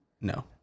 No